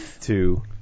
two